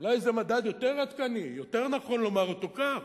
אולי זה מדד יותר עדכני, יותר נכון לומר אותו כך,